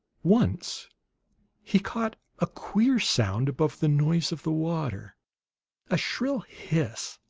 once he caught a queer sound above the noise of the water a shrill hiss,